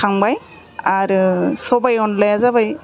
खांबाय आरो सबाइ अनलाया जाबाय